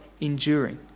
enduring